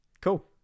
Cool